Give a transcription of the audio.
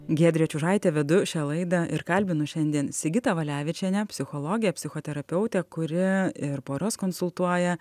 giedrė čiužaitė vedu šią laidą ir kalbinu šiandien sigitą valevičienę psichologę psichoterapeutę kuri ir poras konsultuoja